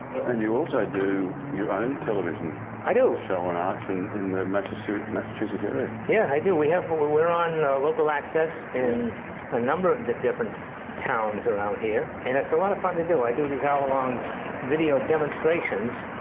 and you also do your own television i do. show on arts and on the massachusetts massachusetts area. yeah, i do, we have, but we're we're on local access in a number of the different towns around here. and it's a lot of fun to do. i do this hour long video demonstrations,